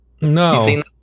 No